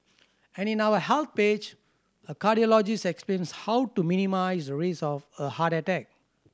and in our Health page a cardiologist explains how to minimise the risk of a heart attack